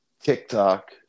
TikTok